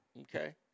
Okay